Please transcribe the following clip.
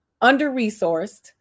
under-resourced